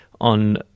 on